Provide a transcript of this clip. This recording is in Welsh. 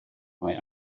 mae